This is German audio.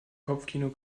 kopfkino